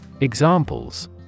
Examples